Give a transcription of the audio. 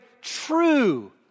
true